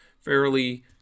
fairly